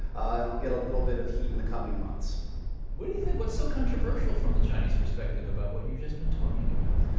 and i'll get a little bit of heat in the coming months what do you think, what's so controversial from the chinese perspective about what you've just been talking about?